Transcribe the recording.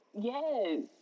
Yes